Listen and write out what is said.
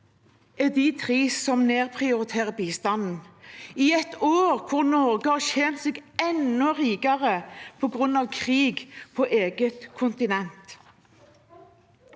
SV er de tre som nedprioriterer bistanden, i et år da Norge har tjent seg enda rikere på grunn av krig på eget kontinent.